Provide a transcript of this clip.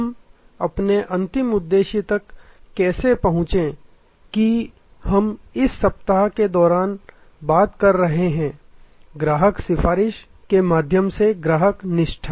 हम अपने अंतिम उद्देश्य तक कैसे पहुँचे कि हम इस सप्ताह के दौरान बात कर रहे हैं ग्राहक सिफारिश के माध्यम से ग्राहक निष्ठा